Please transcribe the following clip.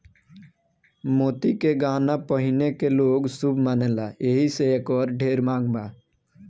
मोती के गहना पहिने के लोग शुभ मानेला एही से एकर ढेर मांग बा